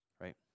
right